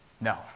No